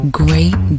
great